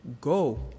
go